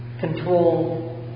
control